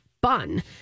bun